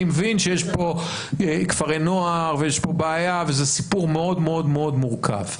אני מבין שיש פה כפרי נוער ויש פה בעיה וזה סיפור מאוד מאוד מאוד מורכב,